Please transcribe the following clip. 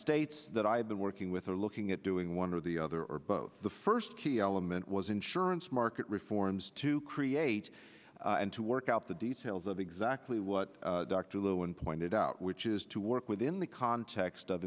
states that i've been working with are looking at doing one or the other or both the first key element was insurance market reforms to create and to work out the details of exactly what dr lewin pointed out which is to work within the context of